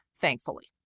thankfully